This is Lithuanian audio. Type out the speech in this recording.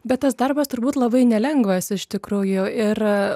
bet tas darbas turbūt labai nelengvas iš tikrųjų ir